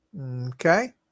Okay